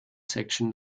section